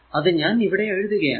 അത് ഞാൻ ഇവിടെ എഴുതുകയാണ്